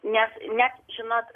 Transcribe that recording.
nes net žinot